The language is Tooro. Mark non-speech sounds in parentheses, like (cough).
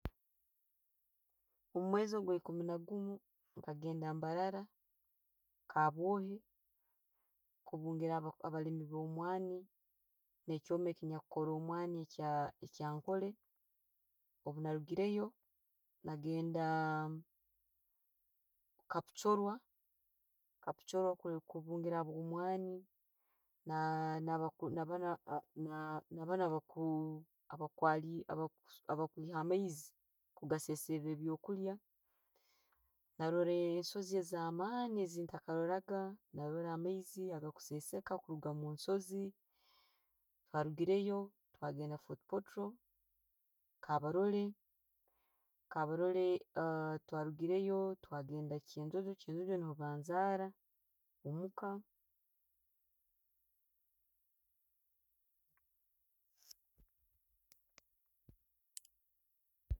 Omumwezi gwa ekuumi nagumu, nkagenda mbarara, kabwaohe kubungiira abaliimi bwo'mwani ne'kyoma ekinyakukora omwani kya- kya ankole. Obwenarugiireyo, nagenda kapchorwa, kubungiira abwomwaani (hesitation) na baanu abakwiiha amaizi okagasensera ebyo'kulya, no rora ensoozi eza' maani zentakaroraga. Na'rora amaiizi aga kusenseka kuruga hansoozi. Obutwarugiireyo, twagenda fortporal, kabarole, kabarole (hesitation) bwe twarugireyo, twagenda kyenjojo, kyenjojo nuho banzaara omuuka.